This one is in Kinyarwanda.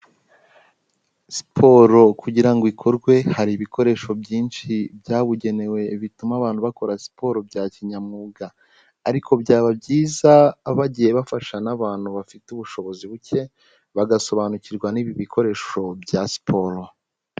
Siporo kugira ngo ikorwe hari ibikoresho byinshi byabugenewe, bituma abantu bakora siporo bya kinyamwuga ariko byaba byiza bagiye bafasha n'abantu bafite ubushobozi buke, bagasobanukirwa n'ibi bikoresho bya siporo.